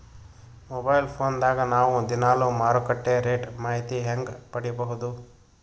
Mobile phone ದಾಗ ನಾವು ದಿನಾಲು ಮಾರುಕಟ್ಟೆ ರೇಟ್ ಮಾಹಿತಿ ಹೆಂಗ ಪಡಿಬಹುದು?